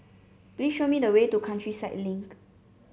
please show me the way to Countryside Link